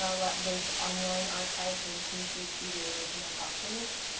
um like there's online archives, and you can usually see the original documents.